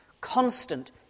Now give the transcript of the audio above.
constant